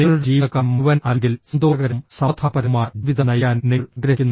നിങ്ങളുടെ ജീവിതകാലം മുഴുവൻ അല്ലെങ്കിൽ സന്തോഷകരവും സമാധാനപരവുമായ ജീവിതം നയിക്കാൻ നിങ്ങൾ ആഗ്രഹിക്കുന്നു